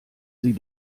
sie